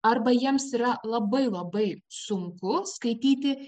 arba jiems yra labai labai sunku skaityti